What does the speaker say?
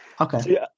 Okay